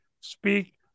speak